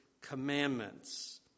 commandments